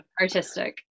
Artistic